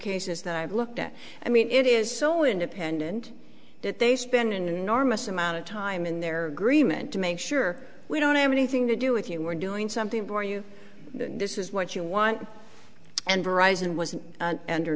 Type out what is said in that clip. cases that i've looked at i mean it is so independent that they spend an enormous amount of time in their agreement to make sure here we don't have anything to do with you we're doing something for you this is what you want and arisan was under